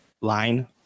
Line